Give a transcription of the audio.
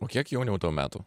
o kiek jauniau tau metų